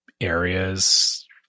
areas